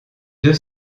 deux